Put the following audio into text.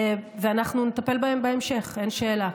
ואנחנו נטפל בהם בהמשך, אין שאלה.